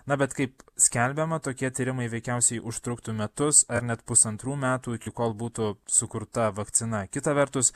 na bet kaip skelbiama tokie tyrimai veikiausiai užtruktų metus ar net pusantrų metų iki kol būtų sukurta vakcina kita vertus